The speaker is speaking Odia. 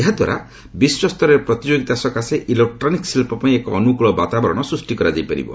ଏହାଦ୍ୱାରା ବିଶ୍ୱସ୍ତରରେ ପ୍ରତିଯୋଗିତା ସକାଶେ ଇଲେକ୍ଟ୍ରୋନିକ୍ସ ଶିଳ୍ପ ପାଇଁ ଏକ ଅନୁକୂଳ ବାତାବରଣ ସୃଷ୍ଟି କରାଯାଇ ପାରିବ